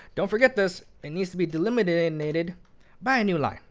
don't forget this, it needs to be deliminated by a new line.